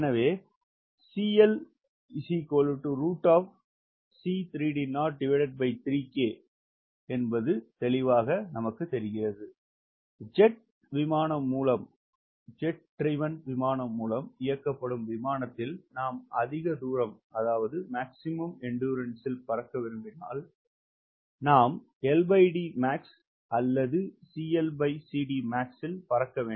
எனவே ஜெட் மூலம் இயக்கப்படும் விமானத்தில் நாம் அதிக தூரம் பறக்க விரும்பினால் நாம் LDmax அல்லது இல் பறக்க வேண்டும்